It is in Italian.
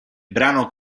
brano